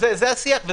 זה השיח.